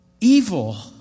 Evil